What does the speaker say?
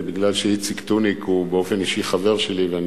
זה בגלל שאיציק טוניק הוא באופן אישי חבר שלי ואני